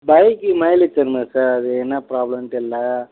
bike mileage தரல sir அது என்ன ப்ராப்ளம்னு தெரில